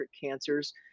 cancers